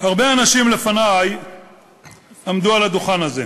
הרבה אנשים לפני עמדו על הדוכן הזה,